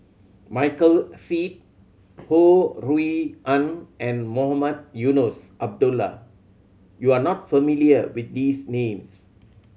Michael Seet Ho Rui An and Mohamed Eunos Abdullah you are not familiar with these names